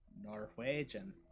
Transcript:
Norwegian